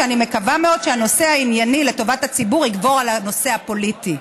ואני מקווה מאוד שהנושא הענייני לטובת הציבור יגבר על הנושא הפוליטי.